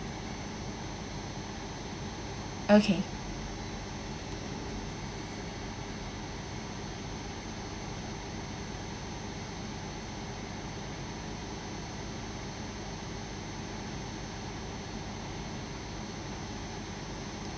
okay